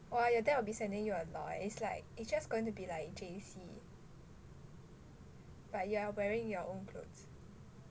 !wah! your dad will be sending you a lot is like it's just going to be like J_C but you are wearing your own clothes